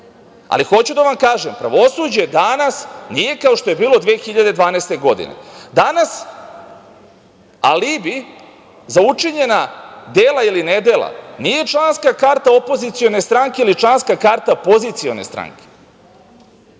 Ali, hoću da vam kažem, pravosuđe danas nije kao što je bilo 2012. godine. Danas alibi za učinjena dela ili nedela nije članska karta opozicione stranke ili članska karta pozicione stranke.